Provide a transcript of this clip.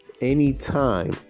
anytime